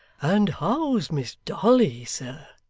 and how's miss dolly, sir?